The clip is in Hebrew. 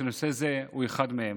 שנושא זה הוא אחד מהם.